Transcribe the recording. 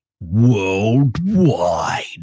worldwide